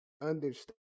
understand